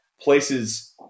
places